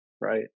Right